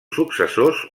successors